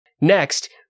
Next